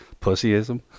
Pussyism